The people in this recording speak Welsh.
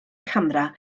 camera